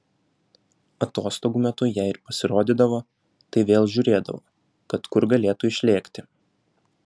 atostogų metu jei ir pasirodydavo tai vėl žiūrėdavo kad kur galėtų išlėkti